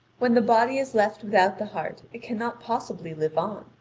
when the body is left without the heart it cannot possibly live on.